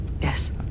Yes